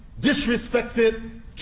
disrespected